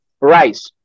rice